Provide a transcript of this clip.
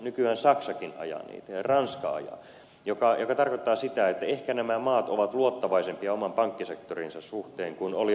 nykyään saksakin ajaa niitä ja ranska ajaa mikä tarkoittaa sitä että ehkä nämä maat ovat luottavaisempia oman pankkisektorinsa suhteen kuin olivat aikaisemmin